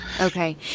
Okay